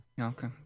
Okay